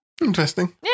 interesting